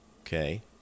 Okay